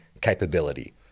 capability